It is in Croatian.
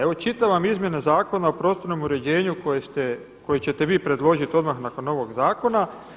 Evo čitam vam izmjene Zakona o prostornom uređenju koje ste, koje ćete vi predložiti odmah nakon ovog zakona.